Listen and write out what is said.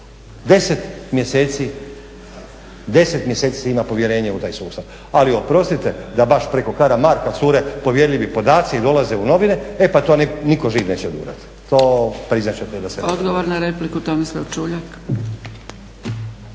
10 mjeseci se ima povjerenje u taj sustav. Ali oprostite da baš preko Karamarka cure povjerljivi podaci i dolaze u novine, e pa to nitko živ neće odurati. To priznat ćete da se …/Govornik se ne razumije./…